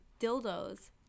dildos